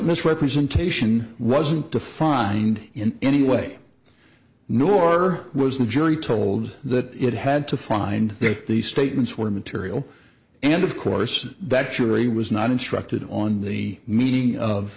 misrepresentation wasn't defined in any way nor was the jury told that it had to find the statements were material and of course that jury was not instructed on the meaning of